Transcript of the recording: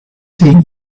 tea